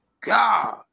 God